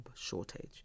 shortage